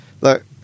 look